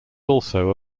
also